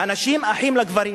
הנשים, אחים לגברים,